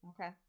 Okay